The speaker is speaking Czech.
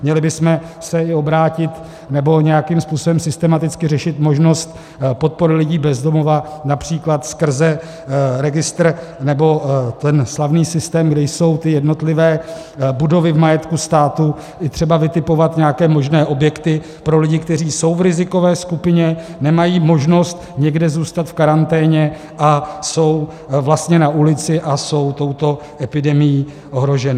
Měli bychom se i obrátit nebo nějakým způsobem systematicky řešit možnost podpory lidí bez domova například skrze registr nebo ten slavný systém, kde jsou ty jednotlivé budovy v majetku státu, i třeba vytipovat nějaké možné objekty pro lidi, kteří jsou v rizikové skupině, nemají možnost někde zůstat v karanténě a jsou vlastně na ulici a jsou touto epidemií ohroženi.